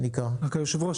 אדוני היושב-ראש,